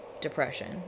depression